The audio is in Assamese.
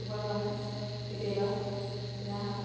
কুকুৰাৰ কাৰণে কেতিয়াবা কিনা হয়